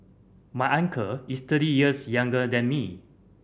my uncle is thirty years younger than me